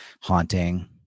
Haunting